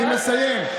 אני מסיים.